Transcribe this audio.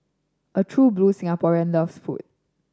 a true blue Singaporean loves food